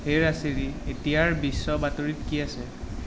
হেৰা ছেৰি এতিয়াৰ বিশ্ব বাতৰিত কি আছে